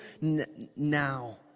now